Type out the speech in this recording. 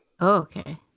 okay